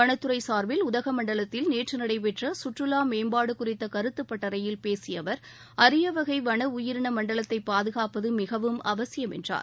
வனத்துறை சார்பில் உதகமண்டலத்தில் நேற்று நடைபெற்ற சுற்றுவா மேம்பாடு குறித்த கருத்து பட்டறையில் பேசிய அவர் அரியவகை வன உயிரின மண்டலத்தை பாதுகாப்பது மிகவும் அவசியம் என்றார்